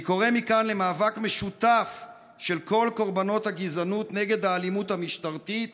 אני קורא מכאן למאבק משותף של כל קורבנות הגזענות נגד האלימות המשטרתית